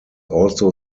also